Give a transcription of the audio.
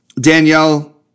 Danielle